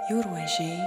jūrų ežiai